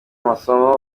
amasomo